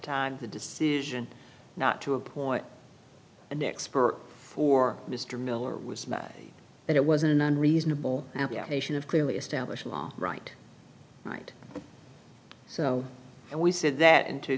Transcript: of the decision not to appoint an expert for mr miller was that it was an unreasonable application of clearly established law right right so and we said that in two